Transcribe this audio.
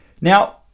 Now